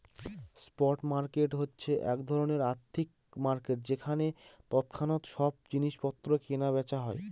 spot market হচ্ছে এক ধরনের আর্থিক মার্কেট যেখানে তৎক্ষণাৎ সব জিনিস পত্র কেনা বেচা হয়